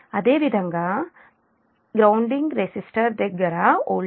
అదేవిధంగా grounding resistor దగ్గర voltage